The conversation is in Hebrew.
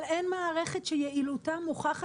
אבל אין מערכת שיעילותה מוכחת.